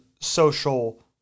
social